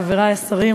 חברי השרים,